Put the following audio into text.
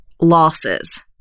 losses